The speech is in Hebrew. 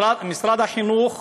משרד החינוך